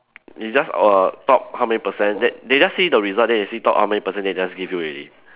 it's just err top how many percent they they just see the result then they see top how many percent they just give you already